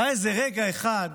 היה איזה רגע אחד